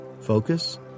focus